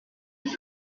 dix